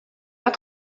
pas